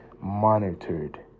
monitored